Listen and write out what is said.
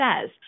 says